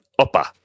Opa